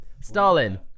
Stalin